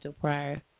prior